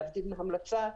להבדיל מהמלצה,